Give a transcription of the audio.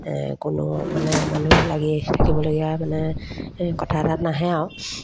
কোনো মানে মানুহ লাগি থাকিবলগীয়া মানে কথা তাত নাহে আৰু